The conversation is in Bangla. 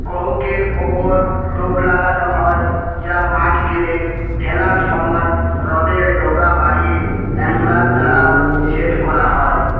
কহুকের ওপর টোপ লাগানো হয় যা মাছ গিলে ফেলার সময় রডের ডগা বাড়িয়ে অ্যাঙ্গলার দ্বারা সেট করা হয়